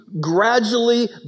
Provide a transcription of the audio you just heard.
gradually